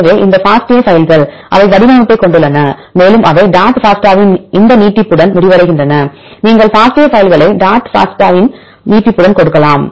எனவே இந்த FASTA பைல்கள் அவை வடிவமைப்பைக் கொண்டுள்ளன மேலும் அவை dot FASTA வின் இந்த நீட்டிப்புடன் முடிவடைகின்றன நீங்கள் FASTA பைல்களை dot FASTA வின் நீட்டிப்புடன் கொடுக்கலாம்